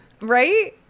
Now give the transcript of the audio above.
Right